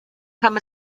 kam